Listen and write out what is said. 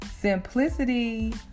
Simplicity